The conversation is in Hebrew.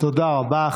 תודה רבה.